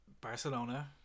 Barcelona